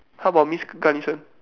how about miss Ganesan